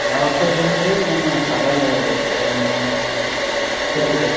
ಅಂದರೆ